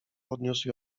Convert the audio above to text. podniósł